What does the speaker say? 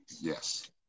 Yes